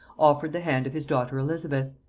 offered the hand of his daughter elizabeth.